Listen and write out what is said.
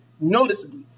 noticeably